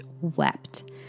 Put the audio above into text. wept